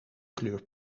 kleur